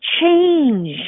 change